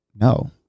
no